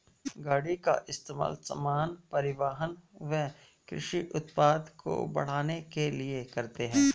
गाड़ी का इस्तेमाल सामान, परिवहन व कृषि उत्पाद को ढ़ोने के लिए करते है